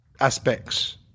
aspects